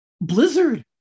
Blizzard